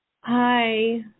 Hi